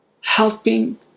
helping